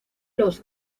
los